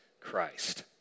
Christ